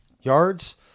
yards